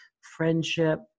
friendship